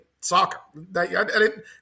soccer